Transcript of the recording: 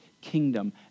kingdom